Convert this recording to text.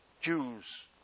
Jews